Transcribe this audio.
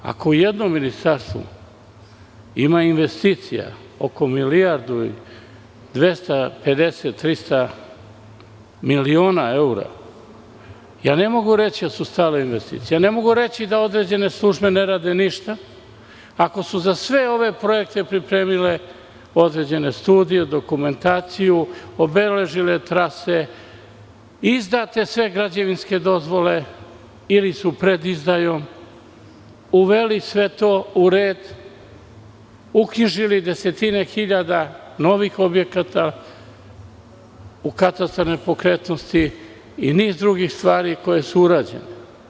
Ako jedno ministarstvo ima investicija oko milijardu i 250 – 300 miliona evra, ne mogu reći da su stale investicije i ne mogu reći da određene službe ne rade ništa ako su za sve ove projekte pripremile određen studije, dokumentaciju, obeležile trase, izdate su sve građevinske dozvole, ili su pred izdajom, uveli sve to u red, uknjižili desetine hiljada novih objekata u katastar nepokretnosti i niz drugih stvari koje su urađene.